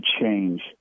change